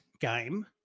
game